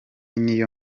niyo